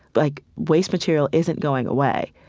like, waste material isn't going away.